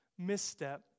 misstep